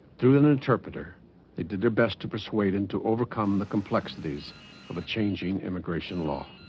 through an interpreter they did their best to persuade and to overcome the complexities of a changing immigration law